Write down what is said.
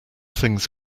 things